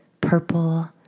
purple